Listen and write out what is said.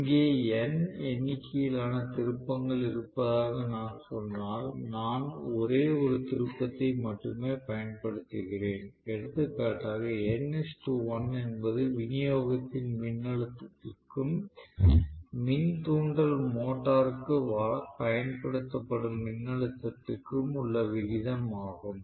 இங்கே n எண்ணிக்கையிலான திருப்பங்கள் இருப்பதாக நான் சொன்னால் நான் ஒரே ஒரு திருப்பத்தை மட்டுமே பயன்படுத்துகிறேன் எடுத்துக்காட்டாக n 1 என்பது விநியோகத்தின் மின்னழுத்தத்திற்கும் மின் தூண்டல் மோட்டருக்கு பயன்படுத்தப்படும் மின்னழுத்தத்திற்கும் உள்ள விகிதம் ஆகும்